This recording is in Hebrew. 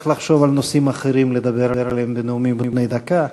לחשוב על נושאים אחרים לדבר עליהם בנאומים בני דקה,